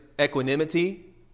equanimity